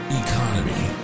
economy